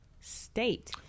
state